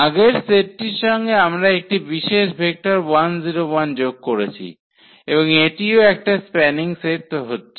আগের সেটটির সঙ্গে আমরা একটি বেশি ভেক্টর যোগ করেছি এবং এটিও একটা স্প্যানিং সেট হচ্ছে